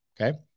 okay